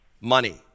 money